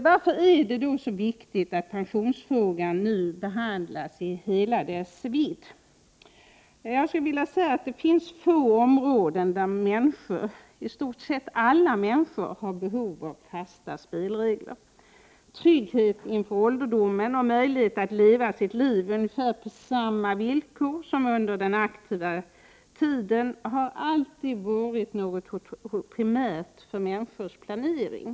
Varför är det så viktigt att pensionsfrågan nu behandlas i hela dess vidd? Det finns få områden där i stort sett alla människor har behov av fasta spelregler. Trygghet inför ålderdomen och möjlighet att leva sitt liv ungefär på samma villkor som under den aktiva tiden har alltid varit något primärt för människors planering.